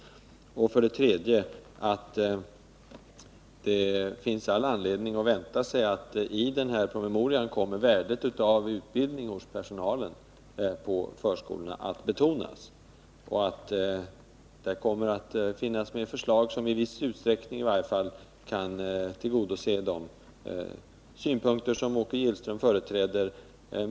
För det tredje finns det all anledning att vänta sig, att värdet av utbildning av personalen på förskolorna kommer att betonas i denna promemoria. Det kommer att finnas förslag som i varje fall i viss utsträckning tillgodoser de önskemål som Åke Gillström framför.